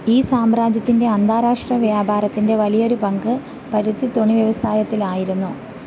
ഈ സാമ്രാജ്യത്തിന്റെ അന്താരാഷ്ട്ര വ്യാപാരത്തിന്റെ വലിയൊരു പങ്ക് പരുത്തിത്തുണി വ്യവസായത്തിലായിരുന്നു